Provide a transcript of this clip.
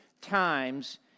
times